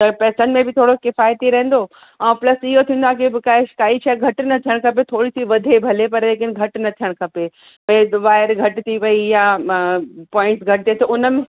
त पैसनि में बि थोरो किफ़ाइती रहंदो ऐं प्लस ईअं थींदो आहे की काई शइ घटि न थियणु खपे थोरी सी वधे भले पर लेकिन घटि न थियणु खपे हिकु वायर घटि थी वई या पॉइंट घटि थिए थो उन में